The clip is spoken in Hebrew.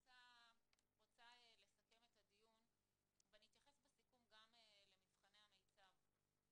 אני רוצה לסכם את הדיון ואני אתייחס בסיכום גם למבחני המיצ"ב.